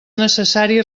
necessari